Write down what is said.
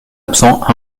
absent